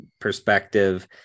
perspective